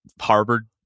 Harvard